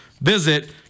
visit